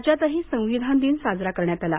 राज्यातही संविधान दिन साजरा करण्यात आला